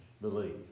believe